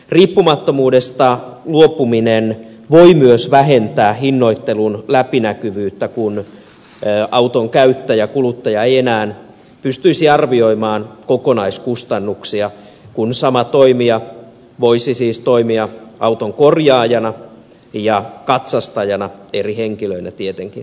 riippumattomuudesta luopuminen voi myös vähentää hinnoittelun läpinäkyvyyttä kun auton käyttäjä kuluttaja ei enää pystyisi arvioimaan kokonaiskustannuksia kun sama toimija voisi siis toimia auton korjaajana ja katsastajana eri henkilöillä tietenkin